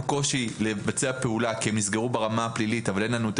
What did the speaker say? קושי לבצע פעולה כי הם נסגרו ברמה הפלילית אבל אין לנו את